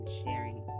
sharing